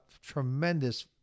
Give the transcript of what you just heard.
tremendous